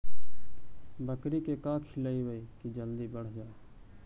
बकरी के का खिलैबै कि जल्दी बढ़ जाए?